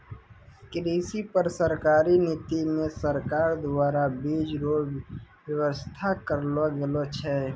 कृषि पर सरकारी नीति मे सरकार द्वारा बीज रो वेवस्था करलो गेलो छै